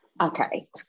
Okay